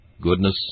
goodness